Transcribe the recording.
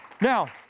Now